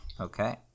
Okay